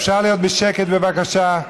אפשר להיות בשקט, בבקשה?